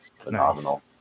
phenomenal